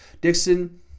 Dixon